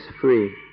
free